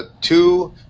two